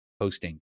hosting